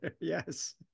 yes